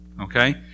okay